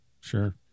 sure